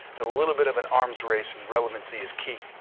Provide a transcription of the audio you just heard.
a little bit of an arms raised and relevancy is key.